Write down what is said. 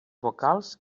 vocals